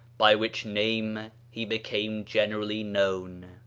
by which name he became generally known.